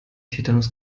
tetanus